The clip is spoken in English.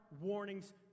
warnings